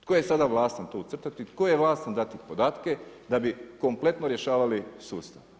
Tko je sada vlasnik, to ucrtati, tko je vlasnik dati podatke da bi kompletno rješavali sustav.